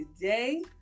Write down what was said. today